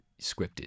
scripted